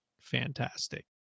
fantastic